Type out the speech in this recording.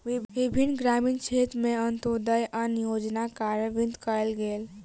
विभिन्न ग्रामीण क्षेत्र में अन्त्योदय अन्न योजना कार्यान्वित कयल गेल